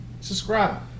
subscribe